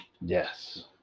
Yes